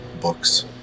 books